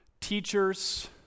teachers